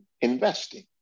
investing